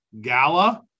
Gala